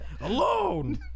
Alone